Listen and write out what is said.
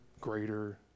greater